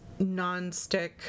nonstick